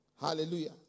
Hallelujah